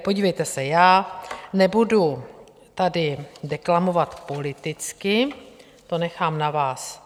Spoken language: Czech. Podívejte se, já nebudu tady deklamovat politicky, to nechám na vás.